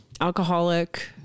alcoholic